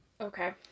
Okay